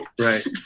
Right